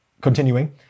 Continuing